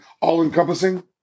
all-encompassing